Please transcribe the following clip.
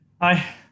Hi